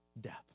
death